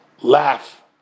laugh